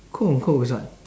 quote unquote is what